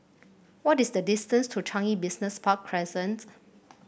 what is the distance to Changi Business Park Crescent